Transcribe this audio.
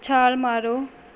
ਛਾਲ ਮਾਰੋ